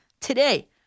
Today